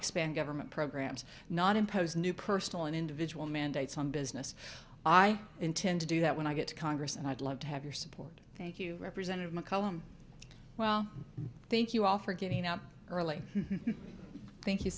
expand government programs not impose new personal and individual mandates on business i intend to do that when i get to congress and i'd love to have your support thank you representative mccollum well thank you all for getting up early thank you